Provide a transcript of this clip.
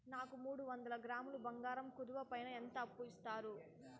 నాకు మూడు వందల గ్రాములు బంగారం కుదువు పైన ఎంత అప్పు ఇస్తారు?